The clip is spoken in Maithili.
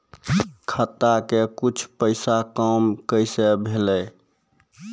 खाता के कुछ पैसा काम कैसा भेलौ?